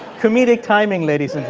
comedic timing, ladies and